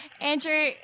Andrew